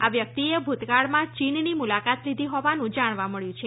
આ વ્યક્તિએ ભૂતકાળમાં ચીનની મુલાકાત લીધી હોવાનું જાણવા મળ્યું છે